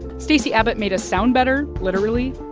stacey abbott made us sound better, literally.